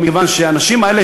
מכיוון שהאנשים האלה,